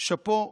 שאפו.